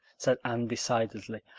said anne decidedly,